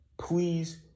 please